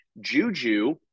Juju